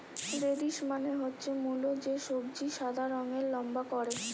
radish মানে হচ্ছে মুলো, যে সবজি সাদা রঙের লম্বা করে